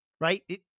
right